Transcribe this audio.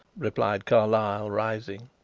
replied carlyle, rising.